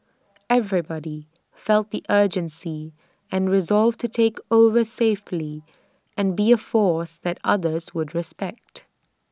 everybody felt the urgency and resolve to take over safely and be A force that others would respect